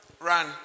run